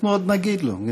אנחנו עוד נגיד לו.